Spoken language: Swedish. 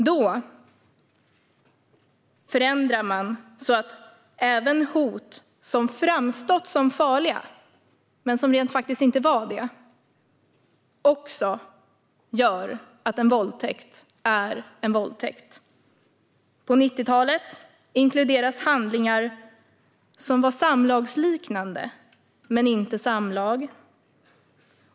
Då förändrade man också så att även hot som framstått som farliga, men som faktiskt inte var det, gör att en våldtäkt är en våldtäkt. På 90-talet inkluderas handlingar som är samlagsliknande men inte samlag.